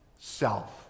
self